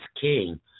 King